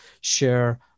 share